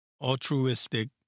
altruistic